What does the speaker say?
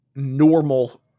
normal